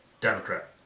Democrat